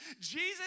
Jesus